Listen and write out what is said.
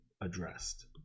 addressed